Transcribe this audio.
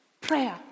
prayer